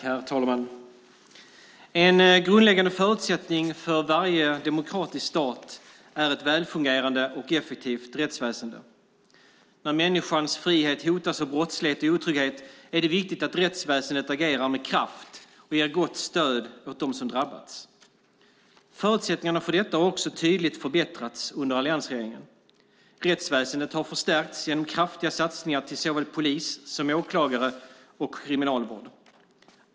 Herr talman! En grundläggande förutsättning för varje demokratisk stat är ett välfungerande och effektivt rättsväsen. När människans frihet hotas av brottslighet och otrygghet är det viktigt att rättsväsendet agerar med kraft och ger gott stöd åt dem som drabbats. Förutsättningarna för detta har också tydligt förbättrats under alliansregeringen. Rättsväsendet har förstärkts genom kraftiga satsningar till såväl polis som åklagare och kriminalvård.